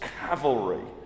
cavalry